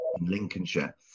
lincolnshire